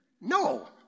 No